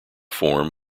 form